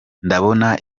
ndabona